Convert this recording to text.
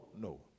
No